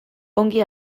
ongi